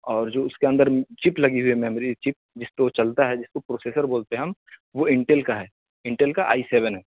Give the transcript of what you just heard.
اور جو اس کے اندر چپ لگی ہوئی ہے میموری چپ جس پہ وہ چلتا ہے جس کو پروسیسر بولتے ہیں ہم وہ انٹیل کا ہے انٹیل کا آئی سیون